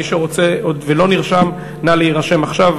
מי שרוצה עוד ולא נרשם, נא להירשם עכשיו.